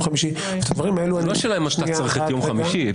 חמישי -- זאת לא שאלה האם אתה צריך את יום חמישי,